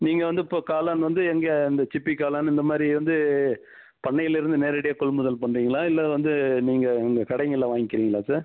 நீங்கள் வந்து இப்போது காளான் வந்து எங்கே இந்த சிப்பி காளான் இந்த மாதிரி வந்து பண்ணைலேருந்து நேரடியாக கொள்முதல் பண்ணுறீங்களா இல்லை வந்து நீங்கள் இங்கே கடைங்களில் வாங்கிக்கிறீங்களா சார்